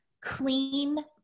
clean